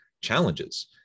challenges